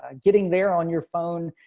um getting there on your phone,